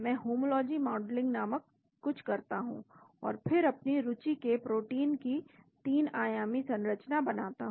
मैं homology modelling नामक कुछ करता हूं और फिर अपनी रुचि के प्रोटीन की 3 आयामी संरचना बनाता हूं